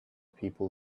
people